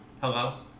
Hello